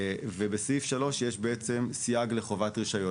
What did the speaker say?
בסעיף 3 יש סייג לחובת רישיון,